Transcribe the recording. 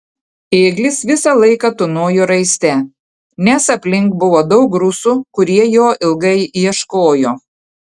ėglis visą laiką tūnojo raiste nes aplink buvo daug rusų kurie jo ilgai ieškojo